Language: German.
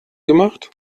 gemacht